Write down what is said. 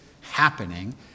happening